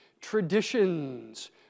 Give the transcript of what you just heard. traditions